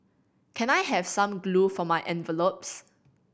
can I have some glue for my envelopes